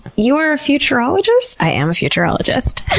you're a futurologist? i am a futurologist.